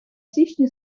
січні